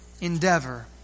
endeavor